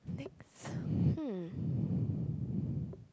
next hmm